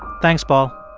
thanks, paul